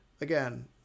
again